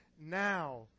now